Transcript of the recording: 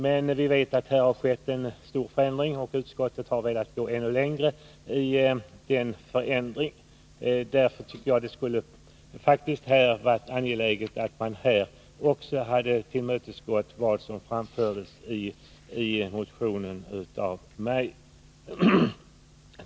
Men vi vet att här har skett en stor förändring, och utskottet har velat gå ännu längre i det avseendet. Därför anser jag att det borde ha varit angeläget att tillmötesgå det krav som framställs i min motion.